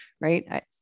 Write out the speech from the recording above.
right